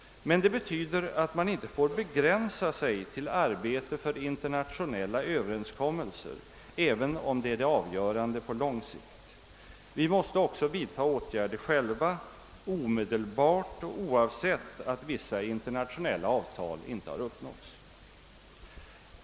Men det betyder att vi inte får begränsa oss till arbete för internationella överenskommelser, även om det är det avgörande på lång sikt. Vi måste också vidta åtgärder själva, omedelbart och oavsett att vissa internationella avtal inte har träffats.